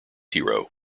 hero